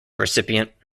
recipient